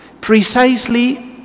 precisely